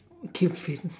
give in